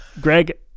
greg